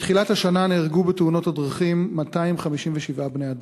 מתחילת השנה נהרגו בתאונות הדרכים 257 בני-אדם.